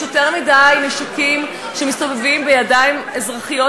יש יותר מדי נשקים שמסתובבים בידיים אזרחיות,